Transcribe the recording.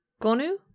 Gonu